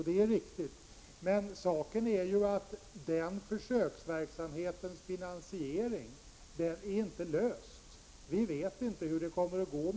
Det är riktigt, men saken är ju den att denna försöksverksamhets finansiering inte är löst. Vi vet inte hur det kommer att gå.